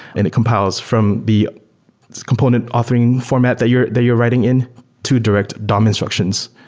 and it compiles from the component authoring format that you're that you're writing in to direct dom instructions,